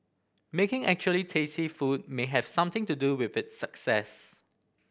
making actually tasty food may have something to do with its success